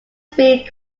speed